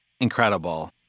Incredible